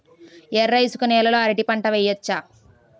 ఎర్ర ఇసుక నేల లో అరటి పంట వెయ్యచ్చా?